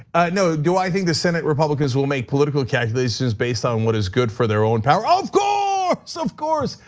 you know do i think the senate republicans will make political calculations based on what is good for their own power? um so of course,